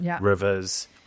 rivers